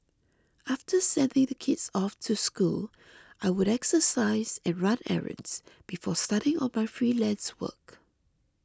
after sending the kids off to school I would exercise and run errands before starting on my freelance work